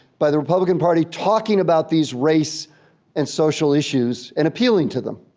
by the republican party talking about these race and social issues and appealing to them.